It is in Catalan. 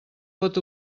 pot